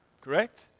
Correct